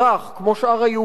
כמו שאר היהודים.